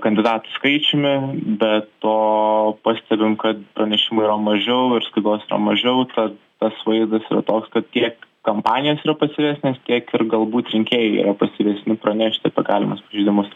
kandidatų skaičiumi be to pastebim kad pranešimų yra mažiau ir skubos yra mažiau tad tas vaizdas yra toks kad kiek kampanijos yra pasyvesnės tiek ir galbūt rinkėjai yra pasyvesni pranešti apie galimus pažeidimus